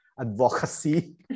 advocacy